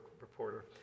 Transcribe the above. reporter